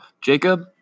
Jacob